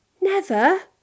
Never